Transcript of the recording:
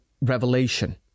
revelation